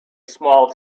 small